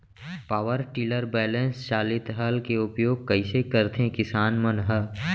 Power tiller बैलेंस चालित हल के उपयोग कइसे करथें किसान मन ह?